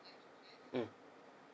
mm